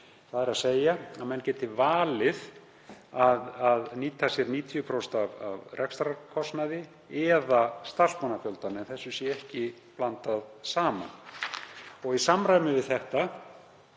þ.e. að menn geti valið að nýta sér 90% af rekstrarkostnaði eða starfsmannafjöldann en þessu sé ekki blandað saman. Í samræmi við þetta